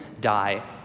die